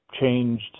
changed